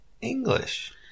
English